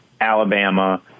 Alabama